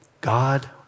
God